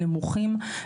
נמוכים,